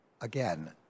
Again